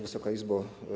Wysoka Izbo!